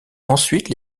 ensuite